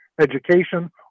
education